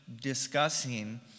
discussing